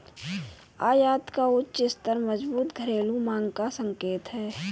आयात का उच्च स्तर मजबूत घरेलू मांग का संकेत है